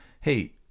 hey